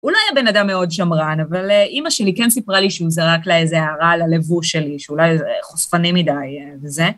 הוא לא היה בן אדם מאוד שמרן, אבל אמא שלי כן סיפרה לי שהוא זרק לה איזה הערה על הלבוש שלי, שאולי זה חושפני מדי וזה.